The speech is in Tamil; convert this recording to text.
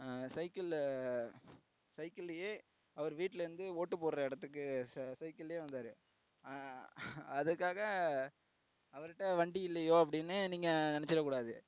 சைக்கிளில் சைக்கிள்லேயே அவர் வீட்லேருந்து ஓட்டு போடுற இடத்துக்கு சைக்கிள்லேயே வந்தார் அதுக்காக அவருகிட்ட வண்டி இல்லையோ அப்படின்னு நீங்கள் நினச்சிடக் கூடாது